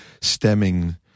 stemming